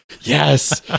Yes